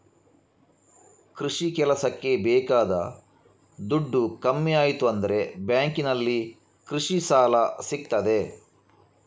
ಕೃಷಿ ಕೆಲಸಕ್ಕೆ ಬೇಕಾದ ದುಡ್ಡು ಕಮ್ಮಿ ಆಯ್ತು ಅಂದ್ರೆ ಬ್ಯಾಂಕಿನಲ್ಲಿ ಕೃಷಿ ಸಾಲ ಸಿಗ್ತದೆ